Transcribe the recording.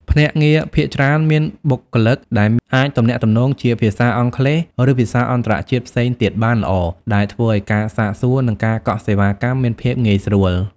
ភ្នាក់ងារភាគច្រើនមានបុគ្គលិកដែលអាចទំនាក់ទំនងជាភាសាអង់គ្លេស ឬភាសាអន្តរជាតិផ្សេងទៀតបានល្អ ដែលធ្វើឲ្យការសាកសួរ និងការកក់សេវាកម្មមានភាពងាយស្រួល។